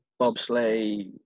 bobsleigh